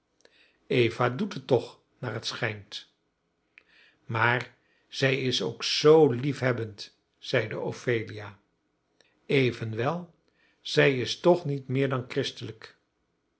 eva doet het toch naar het schijnt maar zij is ook zoo liefhebbend zeide ophelia evenwel zij is toch niet meer dan christelijk